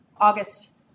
August